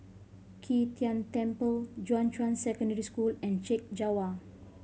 Qi Tian Tan Temple Junyuan Secondary School and Chek Jawa